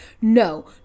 No